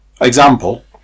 Example